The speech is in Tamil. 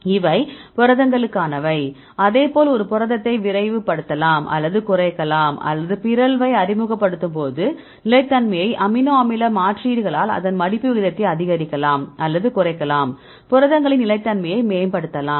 இவை புரதங்களுக்கானவை அதேபோல் ஒரு புரதத்தை விரைவுபடுத்தலாம் அல்லது குறைக்கலாம் அல்லது ஒரு பிறழ்வை அறிமுகப்படுத்தும் போது நிலைத்தன்மையைப் அமினோ அமில மாற்றீடுகளால் அதன் மடிப்பு வீதத்தை அதிகரிக்கலாம் அல்லது குறைக்கலாம் புரதங்களின் நிலைத்தன்மையை மேம்படுத்தலாம்